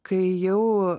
kai jau